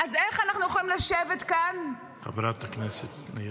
אז איך אנחנו יכולים לשבת כאן --- חברת הכנסת ניר.